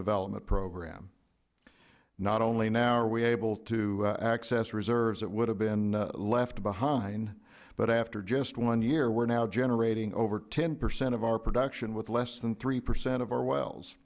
development program not only now are we able to access reserves that would have been left behind but after just one year we're now generating over ten percent of our production with less than three percent of our wells